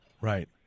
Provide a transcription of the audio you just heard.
Right